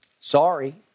Sorry